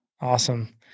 Awesome